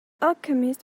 alchemist